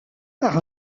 par